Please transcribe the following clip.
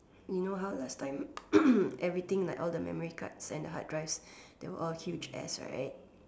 you know how last time everything like all the memory cards and hard drives they were all huge ass right